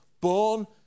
Born